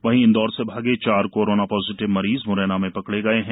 वहीं इंदौर से भागे चार कोरोना पॉजिटिव मरीज मुरैना में पकड़े गए हैं